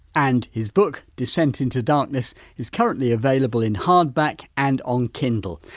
and his book descent into darkness is currently available in hardback and on kindle.